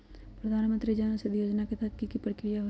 प्रधानमंत्री जन औषधि योजना के तहत की की प्रक्रिया होई?